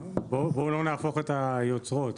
בואו לא נהפוך את היוצרות,